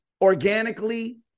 organically